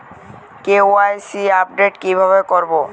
KYC update কিভাবে করবো?